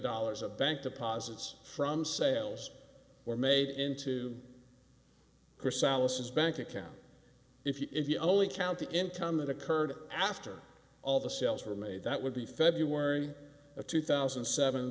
dollars of bank deposits from sales were made into her solaces bank account if you if you only count the income that occurred after all the sales were made that would be february of two thousand and seven